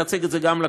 להצלת חיי אדם,